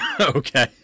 okay